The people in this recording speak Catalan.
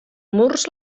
murs